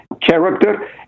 character